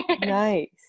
Nice